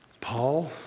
Paul